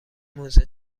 موزه